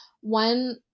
One